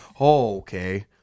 Okay